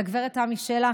לגב' תמי שלח,